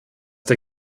der